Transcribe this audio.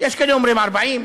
יש כאלה שאומרים 40,